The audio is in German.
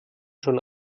schon